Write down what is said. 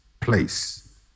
place